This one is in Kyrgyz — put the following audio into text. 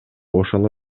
ошону